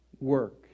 work